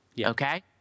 okay